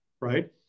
right